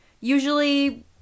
Usually